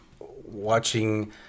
watching